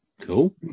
cool